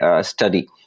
study